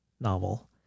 novel